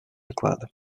доклада